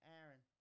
Aaron